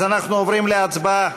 אז אנחנו עוברים להצבעה.